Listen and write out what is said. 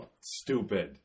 stupid